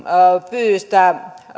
pyydystää